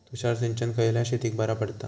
तुषार सिंचन खयल्या शेतीक बरा पडता?